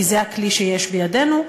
כי זה הכלי שיש בידינו,